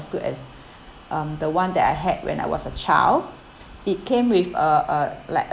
as good as um the one that I had when I was a child it came with a a like